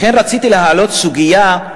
לכן רציתי להעלות סוגיה: